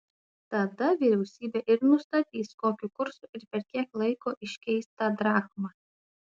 tada vyriausybė ir nustatys kokiu kursu ir per kiek laiko iškeis tą drachmą